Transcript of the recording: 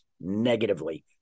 negatively